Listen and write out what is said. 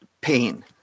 pain